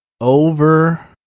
Over